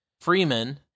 Freeman